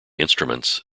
instruments